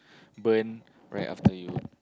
burn right after you